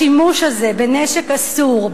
השימוש הזה בנשק אסור,